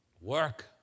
work